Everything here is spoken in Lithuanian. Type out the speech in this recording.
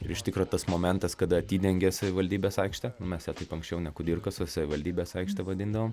ir iš tikro tas momentas kada atidengė savivaldybės aikštę mes ją taip anksčiau ne kudirkos o savivaldybės aikšte vadindavom